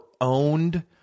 owned